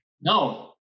No